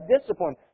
discipline